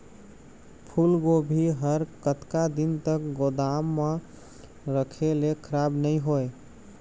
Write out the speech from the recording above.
फूलगोभी हर कतका दिन तक गोदाम म रखे ले खराब नई होय?